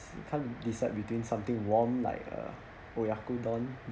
can't decide between something warm like uh oyakodon